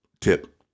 tip